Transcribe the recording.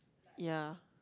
ya